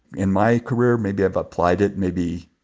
in my career, maybe i've applied it maybe,